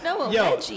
Yo